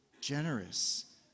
generous